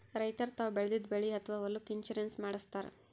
ರೈತರ್ ತಾವ್ ಬೆಳೆದಿದ್ದ ಬೆಳಿ ಅಥವಾ ಹೊಲಕ್ಕ್ ಇನ್ಶೂರೆನ್ಸ್ ಮಾಡಸ್ತಾರ್